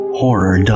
horror